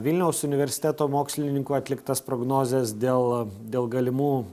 vilniaus universiteto mokslininkų atliktas prognozes dėl dėl galimų